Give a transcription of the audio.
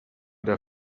der